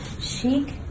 chic